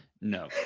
No